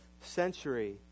century